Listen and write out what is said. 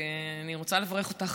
אני רוצה לברך אותך,